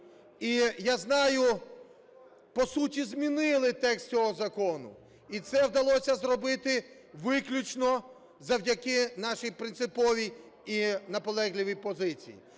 і, я знаю, по суті змінили текст цього закону. І це вдалося зробити виключно завдяки нашій принциповій і наполегливій позиції.